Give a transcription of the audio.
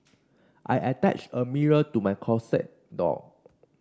I attached a mirror to my closet door